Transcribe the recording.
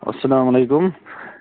اَسلام علیکُم